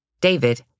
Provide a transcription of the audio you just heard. David